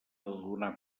donar